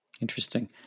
Interesting